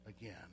again